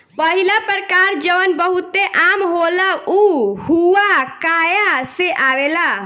पहिला प्रकार जवन बहुते आम होला उ हुआकाया से आवेला